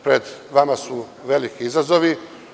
Pred vama su veliki izazovi.